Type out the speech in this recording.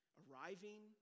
arriving